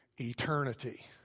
eternity